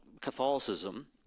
Catholicism